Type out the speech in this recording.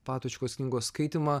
patočkos knygos skaitymą